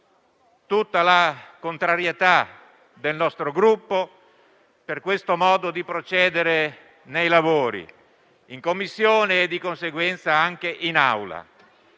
tutta la contrarietà del nostro Gruppo per il modo di procedere nei lavori in Commissione e di conseguenza anche in Aula.